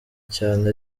cyane